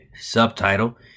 Subtitle